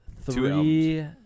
three